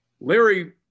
larry